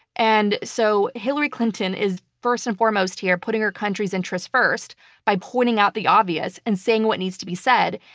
and so hillary clinton is first and foremost here putting her country's interests first by pointing out the obvious and saying what needs to be said.